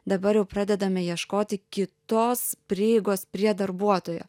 dabar jau pradedame ieškoti kitos prieigos prie darbuotojo